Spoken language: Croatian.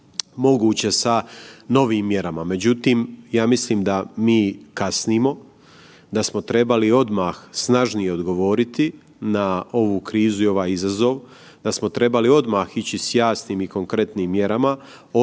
moguće sa novim mjerama. Međutim, ja mislim da mi kasnimo, da smo trebali odmah snažnije odgovoriti na ovu krizu i ovaj izazov, da smo trebali odmah ići s jasnim i konkretnim mjerama otpisa